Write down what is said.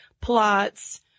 plots